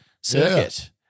circuit